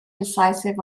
decisive